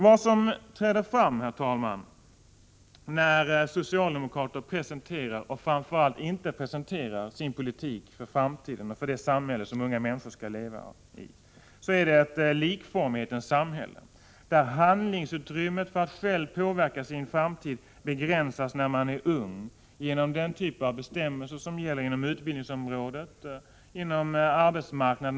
Vad som träder fram när socialdemokrater presenterar — och framför allt när de inte presenterar — sin politik för framtiden och för det samhälle som unga människor skall leva i är ett likformighetens samhälle, där handlingsutrymmet för en ung människa då det gäller att själv påverka sin framtid begränsas. Det begränsas genom den typ av bestämmelser som gäller inom utbildningsområdet, liksom inom arbetsmarknaden.